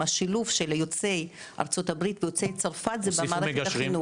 השילוב של יוצאי ארצות הברית ויוצאי צרפת זה במערכת החינוך.